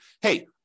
hey